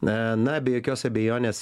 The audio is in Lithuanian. na na be jokios abejonės